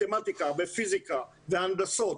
מתמטיקה, פיזיקה, הנדסות,